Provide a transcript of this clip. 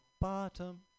bottom